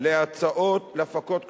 להפקות מקור.